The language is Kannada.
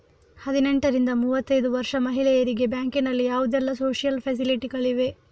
ಹದಿನೆಂಟರಿಂದ ಮೂವತ್ತೈದು ವರ್ಷ ಮಹಿಳೆಯರಿಗೆ ಬ್ಯಾಂಕಿನಲ್ಲಿ ಯಾವುದೆಲ್ಲ ಸೋಶಿಯಲ್ ಫೆಸಿಲಿಟಿ ಗಳಿವೆ?